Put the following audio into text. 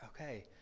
okay